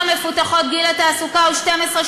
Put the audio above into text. במרבית המדינות המפותחות גיל התעסוקה הוא 13-12,